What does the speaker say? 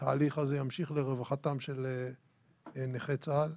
שהתהליך הזה ימשיך לרווחתם של נכי צה"ל.